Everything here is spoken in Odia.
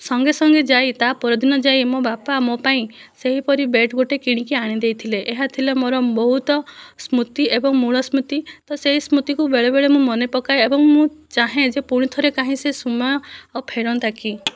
ସଙ୍ଗେ ସଙ୍ଗେ ଯାଇ ତା ପରଦିନ ଯାଇ ମୋ ବାପା ମୋ ପାଇଁ ସେହିପରି ବ୍ୟାଟ ଗୋଟିଏ କିଣିକି ଆଣିଦେଇଥିଲେ ଏହା ଥିଲା ମୋର ବହୁତ ସ୍ମୃତି ଏବଂ ମୂଳ ସ୍ମୃତି ତ ସେହି ସ୍ମୃତିକୁ ବେଳେବେଳେ ମୁଁ ମନେ ପକାଏ ଏବଂ ମୁଁ ଚାହେଁ ଯେ ପୁଣିଥରେ କାହିଁ ଯେ ସେ ସମୟ ଆଉ ଫେରନ୍ତା କି